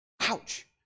ouch